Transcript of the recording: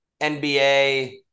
NBA